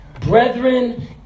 brethren